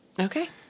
okay